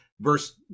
verse